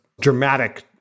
dramatic